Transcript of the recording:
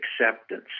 acceptance